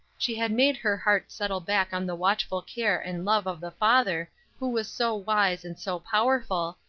she had made her heart settle back on the watchful care and love of the father who was so wise and so powerful,